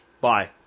Bye